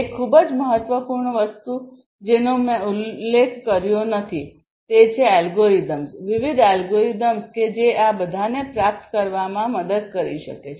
એક ખૂબ જ મહત્વપૂર્ણ વસ્તુ જેનો મેં ઉલ્લેખ કર્યો નથી તે છે એલ્ગોરિધમ્સ વિવિધ એલ્ગોરિધમ્સ કે જે આ બધાને પ્રાપ્ત કરવામાં મદદ કરી શકે છે